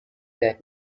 that